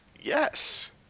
Yes